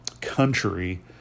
country